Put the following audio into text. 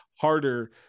harder